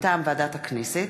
מטעם ועדת הכנסת,